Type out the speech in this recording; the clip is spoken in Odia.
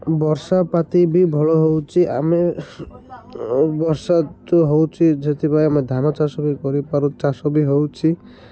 ବର୍ଷାପାତି ବି ଭଲ ହେଉଛି ଆମେ ବର୍ଷା ତ ହେଉଛି ସେଥିପାଇଁ ଆମେ ଧାନ ଚାଷ ବି କରିପାରୁ ଚାଷ ବି ହେଉଛି